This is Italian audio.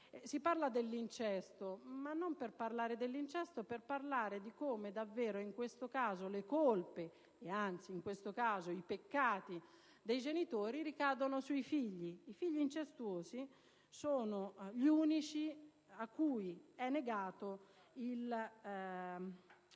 Si tratta dell'incesto: ma non per parlare di questo in quanto tale, ma per affrontare il tema di come davvero in questo caso le colpe, anzi in questo caso i peccati, dei genitori ricadono sui figli. I figli incestuosi sono gli unici a cui è negato un